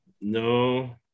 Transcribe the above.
no